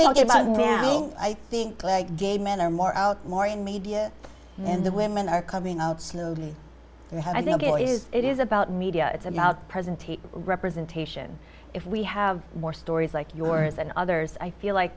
talking about i think like gay men are more out more in media and the women are coming out slowly and i think it is about media it's about presentation representation if we have more stories like yours and others i feel like